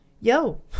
yo